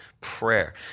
prayer